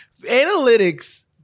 Analytics